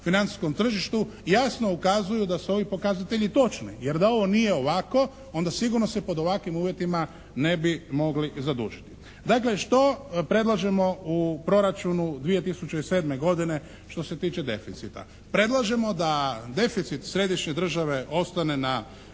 financijskom tržištu jasno ukazuju da su ovi pokazatelji točni. Jer da ovo nije ovako onda sigurno se pod ovakvim uvjetima ne bi mogli zadužiti. Dakle, što predlažemo u Proračunu 2007. godine što se tiče deficita. Predlažemo da deficit središnje države ostane na